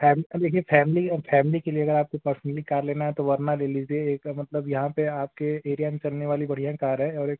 fame ma'am देखिए family या family के लिए अगर आपको पर्सनली कार लेना है तो वरना ले लीजिए इसका मतलब यहाँ पर आपके एरिया में चलने वाली बढ़िया कार है और एक